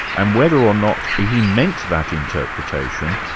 and whether or not he meant that interpretation,